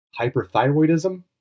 hyperthyroidism